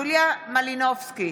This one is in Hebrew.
יוליה מלינובסקי,